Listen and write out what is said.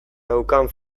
daukan